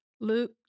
Luke